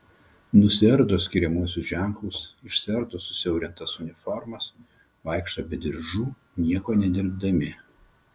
nusiardo skiriamuosius ženklus išsiardo susiaurintas uniformas vaikšto be diržų nieko nedirbdami